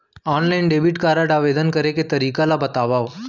Online debit card आवेदन करे के तरीका ल बतावव?